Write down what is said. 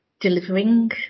delivering